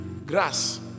Grass